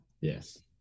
Yes